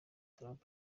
trump